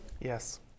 Yes